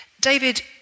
David